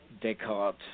Descartes